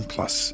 Plus